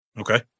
Okay